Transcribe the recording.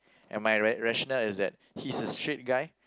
and my rational is that he's a straight guy